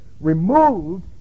removed